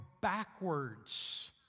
backwards